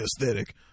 aesthetic